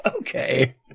Okay